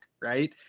Right